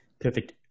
Perfect